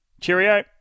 Cheerio